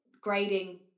grading